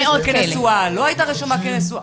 הייתה רשומה כנשואה, לא הייתה רשומה כנשואה.